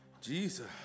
Jesus